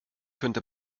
könnte